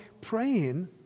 praying